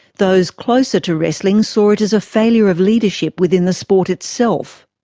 those closer to wrestling saw it as a failure of leadership within the sport itself.